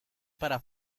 para